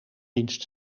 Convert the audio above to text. dienst